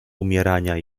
umierania